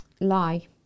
lie